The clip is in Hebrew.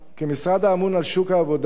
כמשרד האמון על שוק העבודה,